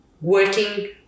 working